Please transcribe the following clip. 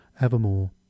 evermore